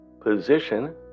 position